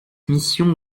mission